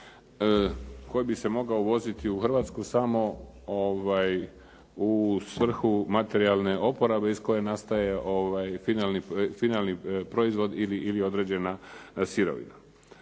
koji bi se mogao uvoziti u Hrvatsku samo u svrhu materijalne oporabe iz koje nastaje finalni proizvod ili određena sirovina.